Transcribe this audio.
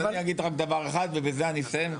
אז אני אגיד רק דבר אחד ובזה אני אסיים,